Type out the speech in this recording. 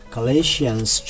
Galatians